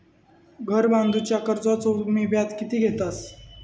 घर बांधूच्या कर्जाचो तुम्ही व्याज किती घेतास?